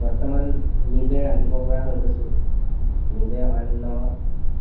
বৰ্তমান নিজে ৰান্ধিব পৰা হৈ গৈছো নিজে অন্য